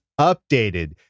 updated